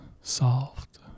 solved